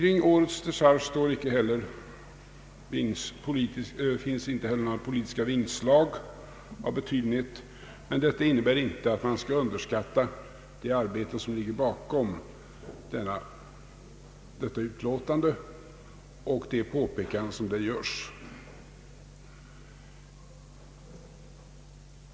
I årets decharge finns inte heller några politiska inslag av betydenhet, men detta innebär inte att man bör underskatta det arbete som ligger bakom memorialet och de påpekanden som däri görs.